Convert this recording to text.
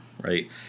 right